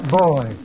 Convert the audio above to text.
boy